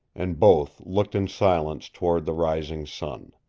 and both looked in silence toward the rising sun.